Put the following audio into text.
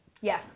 Yes